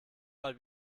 mal